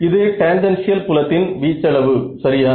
இது டேன்ஜென்ஷியல் புலத்தின் வீச்சளவு சரியா